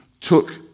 took